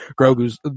grogu's